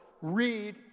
read